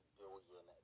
billion